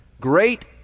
Great